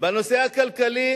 בנושא הכלכלי